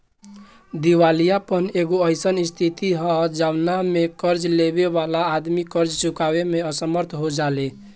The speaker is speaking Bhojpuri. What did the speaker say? दिवालियापन एगो अईसन स्थिति ह जवना में कर्ज लेबे वाला आदमी कर्ज चुकावे में असमर्थ हो जाले